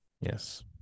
Yes